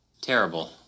Terrible